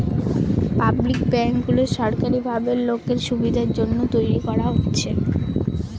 public ব্যাঙ্কগুলো সরকারি ভাবে লোকের সুবিধার জন্য তৈরী করা হচ্ছে